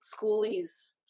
schoolies